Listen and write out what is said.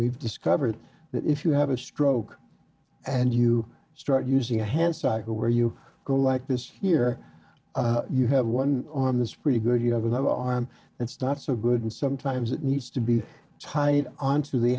we've discovered that if you have a stroke and you start using a hand cycle where you go like this here you have one on this pretty good you have another arm that's not so good and sometimes it needs to be tied onto the